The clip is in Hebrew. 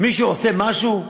מישהו עושה משהו?